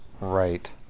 right